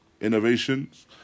innovations